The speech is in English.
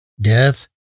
Death